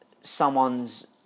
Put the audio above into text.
someone's